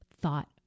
thought